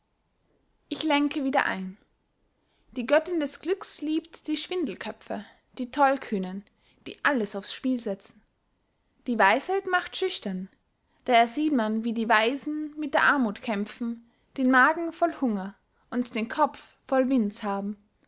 ich lenke wieder ein die göttinn des glücks liebt die schwindelköpfe die tollkühnen die alles aufs spiel setzen die weisheit macht schüchtern daher sieht man wie die weisen mit der armuth kämpfen den magen voll hungers und den kopf voll winds haben